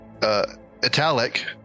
Italic